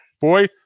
Boy